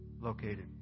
located